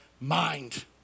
mind